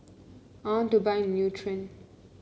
I want to buy Nutren